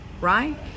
right